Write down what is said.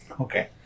Okay